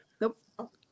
Nope